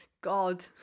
God